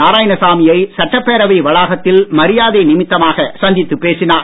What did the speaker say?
நாராயணசாமி யை சட்டப்பேரவை வளாகத்தில் மரியாதை நிமித்தமாக சந்தித்துப் பேசினார்